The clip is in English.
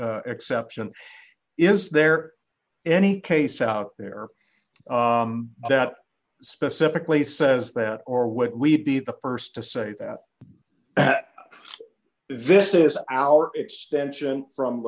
exception is there any case out there that specifically says that or would we be the st to say that this is our extension from